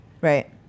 Right